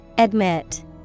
Admit